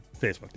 Facebook